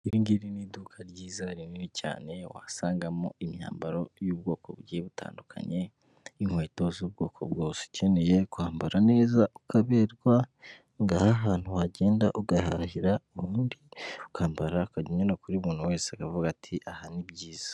Iii ngibi ni iduka ryiza rinini cyane wasangamo imyambaro y'ubwoko butandukanye, inkweto z'ubwoko bwose, ukeneye kwambara neza ukaberwa ngaha ahantu wagenda ugahahira, ubundi ukambara ukagenda nyine ku buryo umuntu wese akavuga ati aha ni byiza.